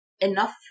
enough